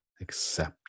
Accept